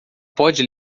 pode